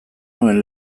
nuen